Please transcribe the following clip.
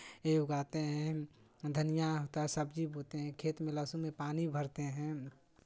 ये उगाते हैं धनियाँ होता है सब्जी बोते हैं खेत में लहसुन में पानी भरते हैं